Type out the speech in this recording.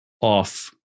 Off